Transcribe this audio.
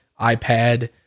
iPad